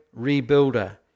rebuilder